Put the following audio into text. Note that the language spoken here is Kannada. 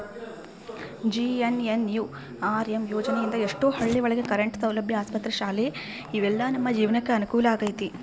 ಜೆ.ಎನ್.ಎನ್.ಯು.ಆರ್.ಎಮ್ ಯೋಜನೆ ಇಂದ ಎಷ್ಟೋ ಹಳ್ಳಿ ಒಳಗ ಕರೆಂಟ್ ಸೌಲಭ್ಯ ಆಸ್ಪತ್ರೆ ಶಾಲೆ ಇವೆಲ್ಲ ನಮ್ ಜೀವ್ನಕೆ ಅನುಕೂಲ ಆಗೈತಿ